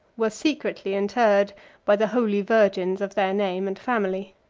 were secretly interred by the holy virgins of their name and family.